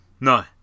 No